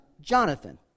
Jonathan